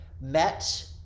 met